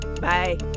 Bye